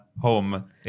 home